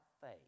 faith